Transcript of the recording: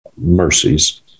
mercies